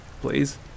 please